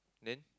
then